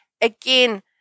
Again